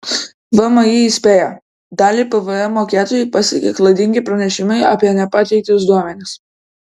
vmi įspėja dalį pvm mokėtojų pasiekė klaidingi pranešimai apie nepateiktus duomenis